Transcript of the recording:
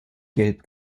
gelb